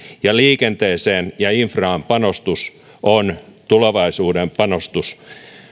ja liikenteeseen ja infraan panostus on tulevaisuuden panostus